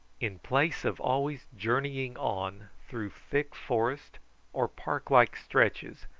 in place of always journeying on through thick forest or park-like stretches,